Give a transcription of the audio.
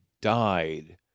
died